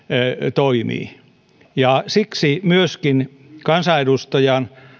toimii ja siksi myöskin kansanedustajan